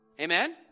Amen